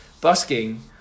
busking